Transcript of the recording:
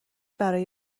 برای